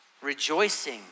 Rejoicing